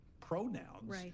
pronouns